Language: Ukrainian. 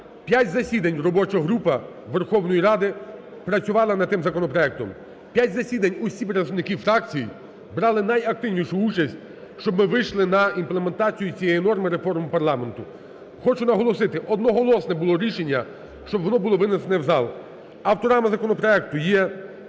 п'ять засідань робоча група Верховної Ради працювала над тим законопроектом. П'ять засідань усі представники фракції брали найактивнішу участь, щоб ми вийшли на імплементацію цієї норми реформи парламенту. Хочу наголосити, одноголосне було рішення, щоб воно було винесене в зал. Авторами законопроекту є